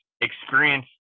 experience